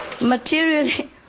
Materially